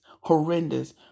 horrendous